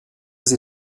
sie